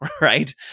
right